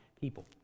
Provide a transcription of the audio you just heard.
people